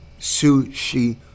sushi